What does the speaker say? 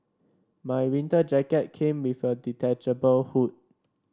my winter jacket came with a detachable hood